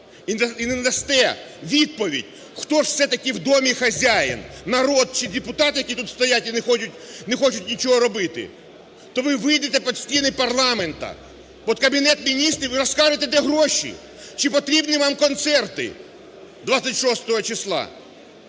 і не дасте відповідь, хто ж все-таки в домі хазяїн, народ чи депутати, які тут стоять і не хочуть нічого робити, то ви вийдете під стіни парламенту, під Кабінет Міністрів і розкажете, де гроші, чи потрібні вам концерти 26 числа.